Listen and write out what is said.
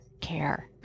care